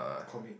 commit